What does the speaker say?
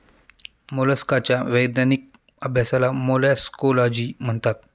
मोलस्काच्या वैज्ञानिक अभ्यासाला मोलॅस्कोलॉजी म्हणतात